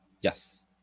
Yes